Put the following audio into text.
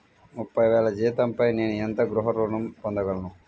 ముప్పై వేల జీతంపై నేను ఎంత గృహ ఋణం పొందగలను?